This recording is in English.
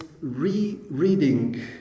re-reading